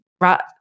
right